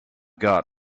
got